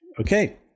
okay